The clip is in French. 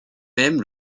même